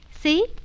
See